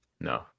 no